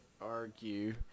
argue